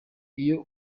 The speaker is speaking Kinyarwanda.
iyo